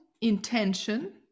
intention